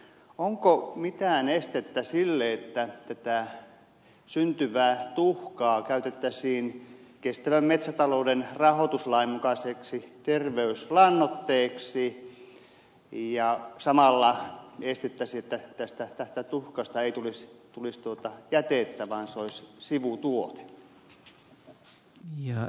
onko mitään estettä sille että syntyvää tuhkaa käytettäisiin kestävän metsätalouden rahoituslain mukaiseksi terveyslannoitteeksi ja samalla estettäisiin se että tuhkasta tulisi jätettä vaan se olisi hakkeen sivutuote